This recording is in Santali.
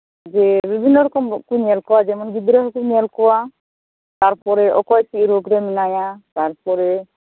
ᱡᱮ ᱵᱤᱵᱷᱤᱱᱱᱚ ᱨᱚᱠᱚᱢ ᱨᱳᱜᱽ ᱠᱚᱠᱚ ᱧᱮᱞ ᱠᱚᱣᱟ ᱡᱮᱢᱚᱱ ᱜᱤᱫᱽᱨᱟᱹ ᱠᱚᱠᱚ ᱧᱮᱞ ᱠᱚᱣᱟ ᱛᱟᱨᱯᱚᱨᱮ ᱚᱠᱚᱭ ᱪᱮᱫ ᱨᱳᱜᱽ ᱨᱮ ᱢᱮᱱᱟᱭᱟ ᱛᱟᱨᱯᱚᱨᱮ